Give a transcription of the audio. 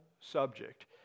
subject